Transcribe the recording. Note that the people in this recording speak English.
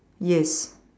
yes